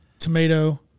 Tomato